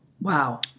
Wow